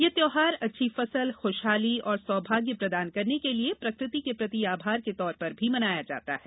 यह त्यौहार अच्छी फंसल खूशहाली और सौभाग्य प्रदान करने के लिए प्रकृति के प्रति आभार के तौर पर भी मनाया जाता है